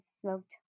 smoked